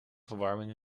verwarming